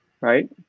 right